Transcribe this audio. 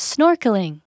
Snorkeling